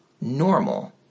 normal